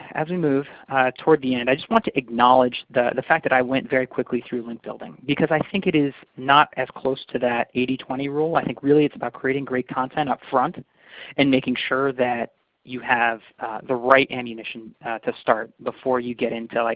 as we move toward the end, and and i just want to acknowledge the the fact that i went very quickly through link building because i think it is not as close to that eighty twenty rule. i think, really, it's about creating great content up front and making sure that you have the right ammunition to start before you get into, like